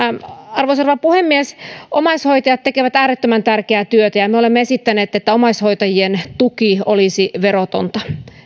arvoisa rouva puhemies omaishoitajat tekevät äärettömän tärkeää työtä ja ja me olemme esittäneet että omaishoitajien tuki olisi verotonta